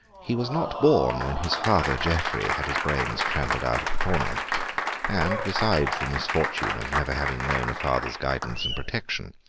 he was not born when his father, geoffrey, had his brains trampled out at the tournament and, besides the misfortune of never having known a father's guidance and protection,